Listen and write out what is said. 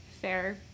Fair